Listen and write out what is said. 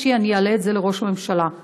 אעלה את זה לראש הממשלה באופן אישי.